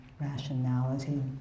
rationality